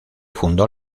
fundó